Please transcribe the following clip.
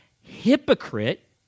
hypocrite